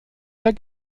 der